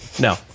no